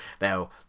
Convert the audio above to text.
Now